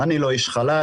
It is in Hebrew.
אני לא איש חלש.